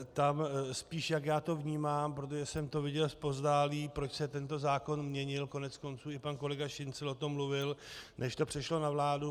Tam spíš jak já to vnímám, protože jsem to viděl zpovzdálí, proč se tento zákon měnil, koneckonců i pan kolega Šincl o tom mluvil, než to přešlo na vládu.